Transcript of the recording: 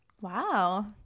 Wow